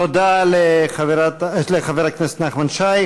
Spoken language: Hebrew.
תודה לחבר הכנסת נחמן שי.